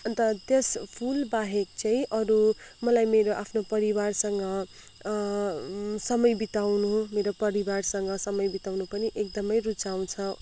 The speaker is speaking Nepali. अन्त त्यस फुलबाहेक चाहिँ अरू मलाई मेरो आफ्नो परिवारसँग समय बिताउनु मेरो परिवारसँग समय बिताउनु पनि एकदमै रुचाउँछ